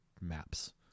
maps